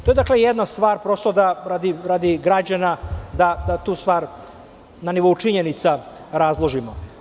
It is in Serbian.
To je jedna stvar, radi građana da tu stvar na nivou činjenica razložimo.